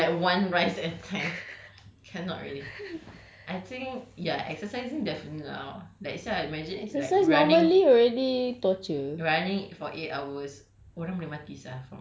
eat damn slow lah like one rice at a time cannot already I think ya exercising definitely lah like sia I imagine like running running for eight hours